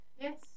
Yes